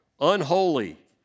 unholy